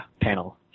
panel